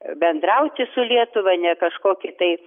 bendrauti su lietuva ne kažkokį tai